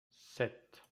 sept